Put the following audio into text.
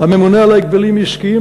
הממונה על ההגבלים העסקיים,